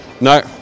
No